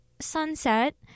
sunset